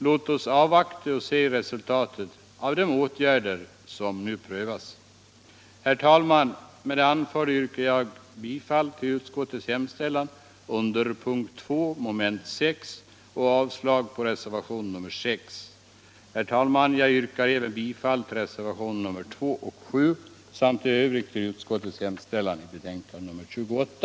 Låt oss avvakta och se resultatet av de åtgärder som nu prövas. Herr talman! Med det anförda yrkar jag bifall till utskottets hemställan under punkten 2 mom. 6 i betänkandet nr 28 och avslag på reservationen 6. Jag yrkar vidare bifall till reservationerna 2 och 7 samt i övrigt bifall till utskottets hemställan i betänkandet nr 28.